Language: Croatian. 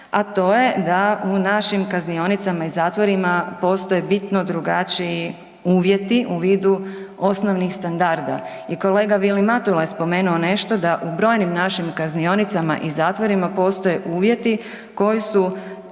a to je da u našim kaznionicama i zatvorima postoje bitno drugačiji uvjeti u vidu osnovnih standarda. I kolega Vili Matula je spomenuo nešto da u brojnim našim kaznionicama i zatvorima postoje uvjeti koji su